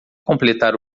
completar